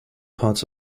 parts